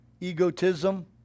egotism